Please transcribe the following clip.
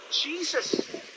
Jesus